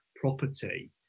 property